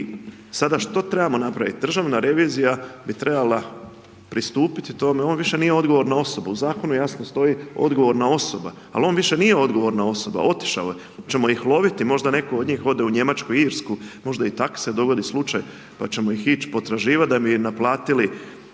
I sada što trebamo napraviti? Državna revizija bi trebala pristupiti tome, on više nije odgovorna osoba. U zakonu jasno stoji odgovorna osoba, ali on više nije odgovorna osoba, otišao je. Hoćemo ih loviti? Možda netko od njih ode u Njemačku, Irsku, možda i takse dogodi slučaj, pa ćemo ih ići potraživati da bi im naplatili